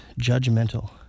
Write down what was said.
judgmental